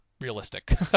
realistic